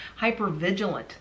hypervigilant